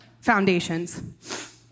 foundations